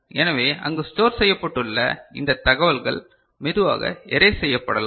எனவே அங்கு ஸ்டோர் செய்யப்பட்டுள்ள இந்த தகவல்கள் மெதுவாக எரேஸ் செய்யப்படலாம்